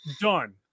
Done